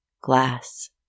glass